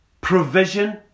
provision